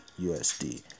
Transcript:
USD